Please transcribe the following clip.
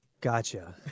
Gotcha